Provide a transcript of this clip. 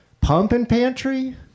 pump-and-pantry